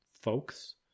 folks